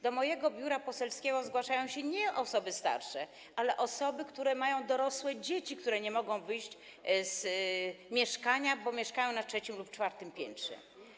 Do mojego biura poselskiego zgłaszają się nie osoby starsze, ale osoby, które mają dorosłe dzieci, które nie mogą wyjść z mieszkania, bo mieszkają na trzecim lub czwartym piętrze.